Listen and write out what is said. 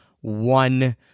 one